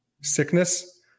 sickness